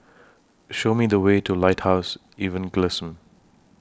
Show Me The Way to Lighthouse Evangelism